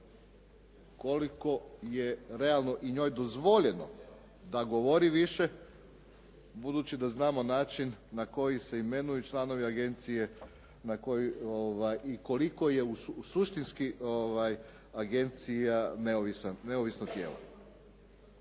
koliko je realno i njoj dozvoljeno da govori više budući da znamo način na koji se imenuju članovi agencije i koliko je suštinski agencija neovisno tijelo.